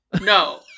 no